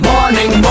Morning